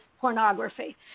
pornography